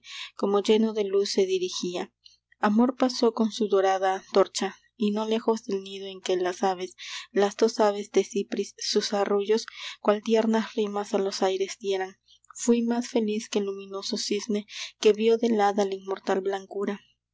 como lleno de luz se dirigía amor pasó con su dorada antorcha y no lejos del nido en que las aves las dos aves de cipris sus arrullos cual tiernas rimas a los aires dieran fuí más feliz que el luminoso cisne que vió de lada la inmortal blancura